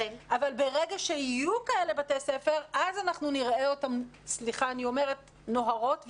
ברגע שיהיו כאלה בתי ספר אז אנחנו נראה אותם נוהרות ונוהרים,